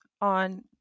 on